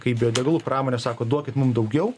kai biodegalų pramonė sako duokit mum daugiau